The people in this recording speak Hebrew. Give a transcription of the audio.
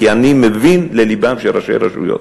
כי אני מבין ללבם של ראשי הרשויות.